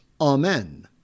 Amen